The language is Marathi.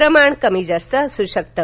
प्रमाण कमीजास्त असू शकतं